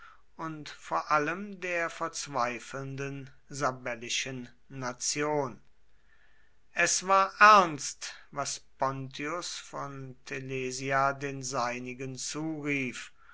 und vor allem der verzweifelnden sabellischen nation es war ernst was pontius von telesia den seinigen zurief